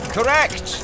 Correct